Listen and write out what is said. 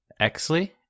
Exley